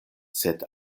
sed